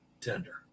tender